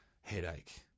headache